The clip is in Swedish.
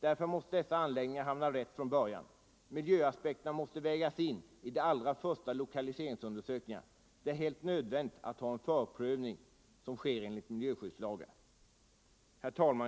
Därför måste dessa anläggningar hamna rätt från början. Miljöaspekterna måste vägas in i de allra första lokaliseringsundersökningarna. Det är helt nödvändigt att en förprövning sker enligt miljöskyddslagen. Herr talman!